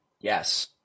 Yes